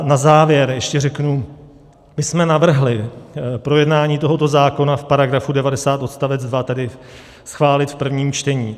Na závěr ještě řeknu, my jsme navrhli projednání tohoto zákona podle § 90 odst. 2, tedy schválit v prvním čtení.